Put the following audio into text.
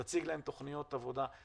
ותציג להם תוכניות עבודה,